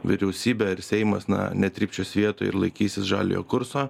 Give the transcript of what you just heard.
vyriausybė ar seimas na netrypčios vietoj ir laikysis žaliojo kurso